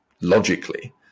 logically